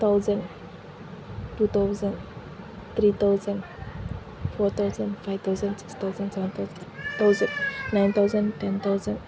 thousand two thousand three thousand four thousand five thousand six thousand seven thousand thousand nine thousand ten thousand